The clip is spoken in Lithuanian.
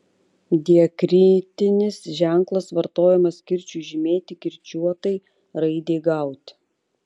diakritinis ženklas vartojamas kirčiui žymėti kirčiuotai raidei gauti